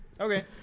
Okay